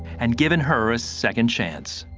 and given her a second chance.